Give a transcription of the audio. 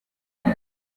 gihe